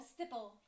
Stipple